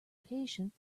patient